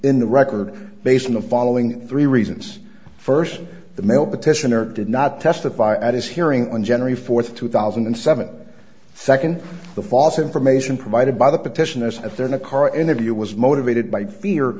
in the record based on the following three reasons first the male petitioner did not testify at his hearing on general fourth two thousand and seven second the false information provided by the petition as if there in a car interview was motivated by fear